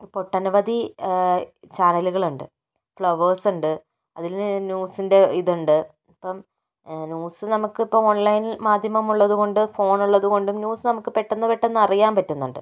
ഇപ്പോൾ ഒട്ടനവധി ചാനലുകളുണ്ട് ഫ്ളവേഴ്സുണ്ട് അതിൽ ന്യൂസിൻ്റെ ഇതുണ്ട് ഇപ്പോൾ ന്യൂസ് നമുക്ക് ഇപ്പോൾ ഓൺലൈൻ മാധ്യമം ഉള്ളതുകൊണ്ട് ഫോൺ ഉള്ളതു കൊണ്ടും ന്യൂസ് നമുക്ക് പെട്ടന്ന് പെട്ടന്ന് അറിയാൻ പറ്റുന്നുണ്ട്